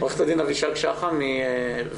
עורכת הדין אבישג שחם מוויצ"ו,